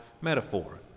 metaphor